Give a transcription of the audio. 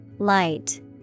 Light